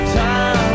time